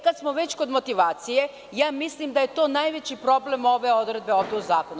Kad smo već kod motivacije, mislim da je to najveći problem ove odredbe ovde u zakonu.